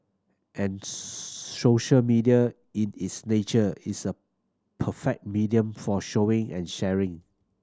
and social media in its nature is a perfect medium for showing and sharing